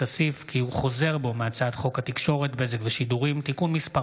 כסיף כי הוא חוזר בו מהצעת חוק התקשורת (בזק ושידורים) (תיקון מס'